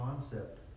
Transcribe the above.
concept